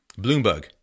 Bloomberg